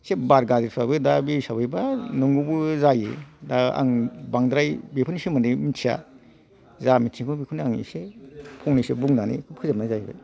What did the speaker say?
एसे बार गाज्रिफ्राबो दा बे हिसाबैबा नंगौबो जायो दा आं बांद्राय बेफोरनि सोमोन्दै मिथिया जा मिथिगौ बेखौनो आं एसे फंनैसो बुंनानै फोजोबनाय जाहैबाय